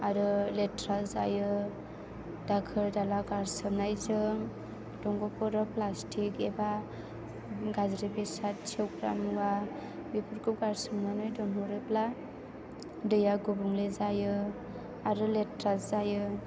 आरो लेथ्रा जायो दाखोर दाला गारसोमनायजों दंग'फोराव प्लास्टिक एबा गाज्रि बेसाद सेवग्रा मुवा बेफोरखौ गारसोमनानै दोनहरोब्ला दैया गुबुंले जायो आरो लेथ्रा जायो